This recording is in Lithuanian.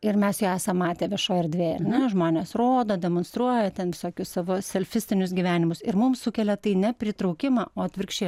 ir mes jo esam matę viešoj erdvėj ar ne žmonės rodo demonstruoja ten visokius savo selfistinius gyvenimus ir mum sukelia tai ne pritraukimą o atvirkščiai